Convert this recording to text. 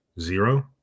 zero